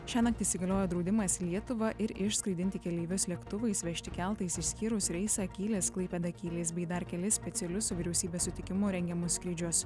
šiąnakt įsigaliojo draudimas į lietuvą ir iš skraidinti keleivius lėktuvais vežti keltais išskyrus reisą kylis klaipėda kylis bei dar kelis specialius su vyriausybės sutikimu rengiamus skrydžius